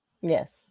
Yes